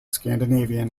scandinavian